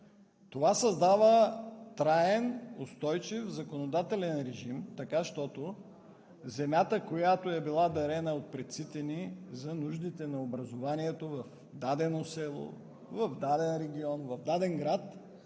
Това създава траен, устойчив, законодателен режим, защото земята, която е била дарена от предците ни за нуждите на образованието в дадено село, в даден регион, в даден град,